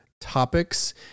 topics